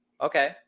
Okay